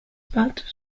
part